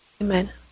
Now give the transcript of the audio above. Amen